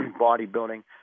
bodybuilding